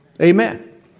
Amen